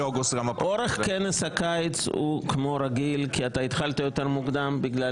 --- אורך כנס הקיץ הוא כמו רגיל כי אתה התחלת יותר מוקדם בגלל